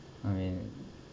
I mean